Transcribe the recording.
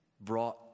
brought